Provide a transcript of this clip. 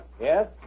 Yes